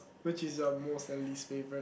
which is your most and least favourite